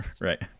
right